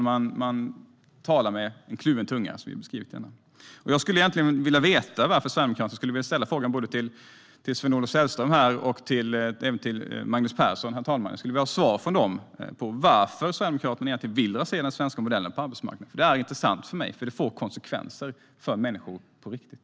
Man talar med kluven tunga. Jag vill ställa en fråga till både Sven-Olof Sällström och Magnus Persson och ha svar på varför Sverigedemokraterna vill rasera den svenska modellen på arbetsmarknaden. Det är intressant för mig att få veta det, för det får konsekvenser för människor på riktigt.